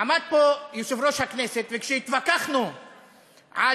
עמד פה יושב-ראש הכנסת, וכשהתווכחנו על